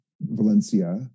Valencia